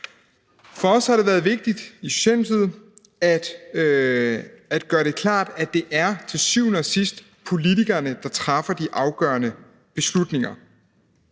har det været vigtigt at gøre det klart, at det til syvende og sidst er politikerne, der træffer de afgørende beslutninger,